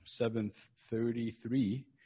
7.33